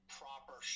proper